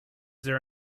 there